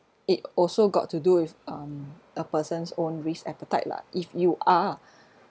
it also got to do with um a person's own risk appetite lah if you are